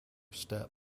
step